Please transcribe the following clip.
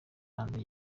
hanze